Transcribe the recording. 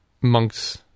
monks